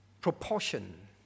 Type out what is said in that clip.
proportion